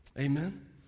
Amen